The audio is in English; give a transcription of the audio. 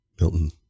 Milton